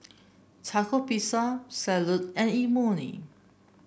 Taco Pizza Salad and Imoni